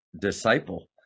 disciple